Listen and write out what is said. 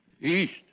east